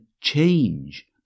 change